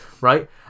Right